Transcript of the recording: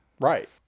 right